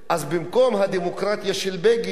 אז במקום הדמוקרטיה של בגין,